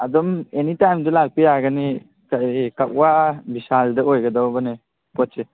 ꯑꯗꯨꯝ ꯑꯦꯅꯤ ꯇꯥꯏꯝꯗ ꯂꯥꯛꯄ ꯌꯥꯒꯅꯤ ꯀꯔꯤ ꯀꯛꯋꯥ ꯕꯤꯁꯥꯜꯗ ꯑꯣꯏꯒꯗꯧꯕꯅꯦ ꯄꯣꯠꯁꯦ